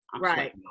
right